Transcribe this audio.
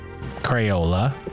Crayola